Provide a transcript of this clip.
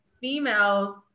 females